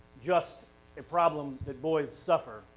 just a problem that boys suffer.